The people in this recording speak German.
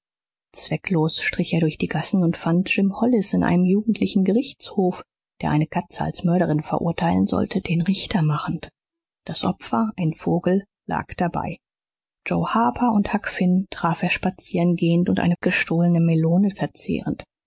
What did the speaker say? zwecklos strich er durch die gassen und fand jim hollis in einem jugendlichen gerichtshof der eine katze als mörderin verurteilen sollte den richter machend das opfer ein vogel lag dabei joe harper und huck finn traf er spazieren gehend und eine gestohlene melone verzehrend